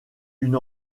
une